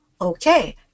Okay